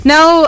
Now